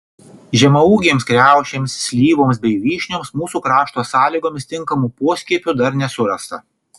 žemaūgėms kriaušėms slyvoms bei vyšnioms mūsų krašto sąlygomis tinkamų poskiepių dar nesurasta